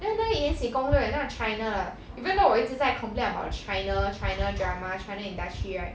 then 那个延禧攻略那个 china 的 even though 我一直在 complain about china china drama china industry right